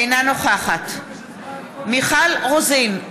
אינה נוכחת מיכל רוזין,